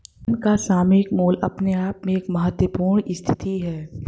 धन का सामयिक मूल्य अपने आप में एक महत्वपूर्ण स्थिति है